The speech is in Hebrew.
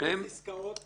"מיופה כוח"